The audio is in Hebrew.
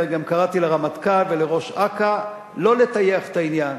וגם קראתי לרמטכ"ל ולראש אכ"א לא לטייח את העניין,